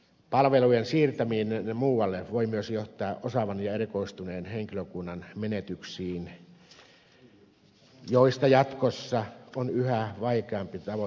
palvelujen siirtäminen muualle voi myös johtaa osaavan ja erikoistuneen henkilökunnan menetyksiin jota jatkossa on yhä vaikeampi tavoittaa töihin